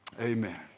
amen